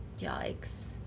Yikes